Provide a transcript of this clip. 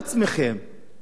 בשנה שעברה,